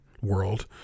world